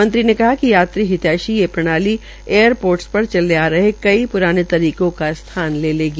मंत्रीने कहा कि यात्री हितैषी ये प्रणाली एयर पोर्टस पर चल आ रहे कुई पुराने तरीकों का स्थान लेगी